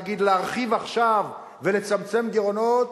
להגיד: להרחיב עכשיו ולצמצם גירעונות,